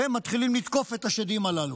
ומתחילים לתקוף את השדים הללו.